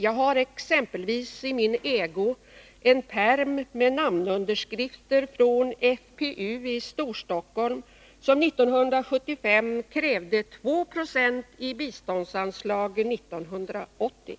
Jag har exempelvis i min ägo en pärm med namnunderskrifter från FPU i Storstockholm som 1975 krävde 2 96 i biståndsanslag 1980.